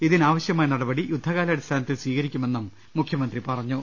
ഇതിനാവശ്യമായ നടപടികൾ യുദ്ധകാലാടിസ്ഥാനത്തിൽ സ്വീകരി ക്കുമെന്നുംമുഖ്യമന്ത്രി പറഞ്ഞു